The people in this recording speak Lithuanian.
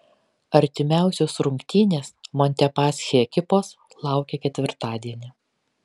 artimiausios rungtynės montepaschi ekipos laukia ketvirtadienį